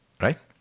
right